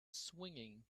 swinging